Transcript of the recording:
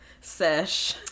sesh